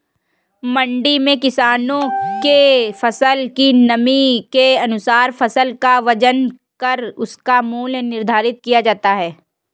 मंडी में किसानों के फसल की नमी के अनुसार फसल का वजन करके उसका मूल्य निर्धारित किया जाता है